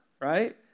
right